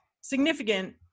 Significant